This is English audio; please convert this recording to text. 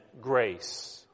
grace